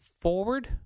forward